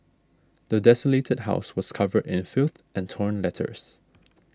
the desolated house was covered in filth and torn letters